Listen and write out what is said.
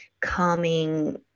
calming